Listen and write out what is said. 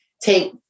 take